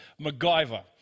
MacGyver